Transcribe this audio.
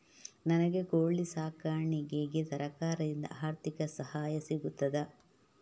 ನನಗೆ ಕೋಳಿ ಸಾಕಾಣಿಕೆಗೆ ಸರಕಾರದಿಂದ ಆರ್ಥಿಕ ಸಹಾಯ ಸಿಗುತ್ತದಾ?